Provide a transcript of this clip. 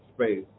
space